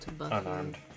unarmed